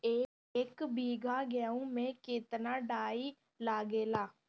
एक बीगहा गेहूं में केतना डाई लागेला?